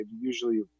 usually